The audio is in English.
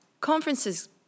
Conferences